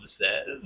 says